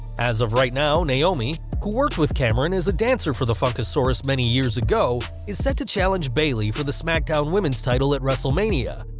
as of right now, naomi, who worked with cameron as a dancer for the funkasaurus many years ago, is set to challenge bayley for the smackdown women's title at wrestlemania,